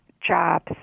jobs